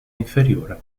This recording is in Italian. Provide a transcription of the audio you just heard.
inferiore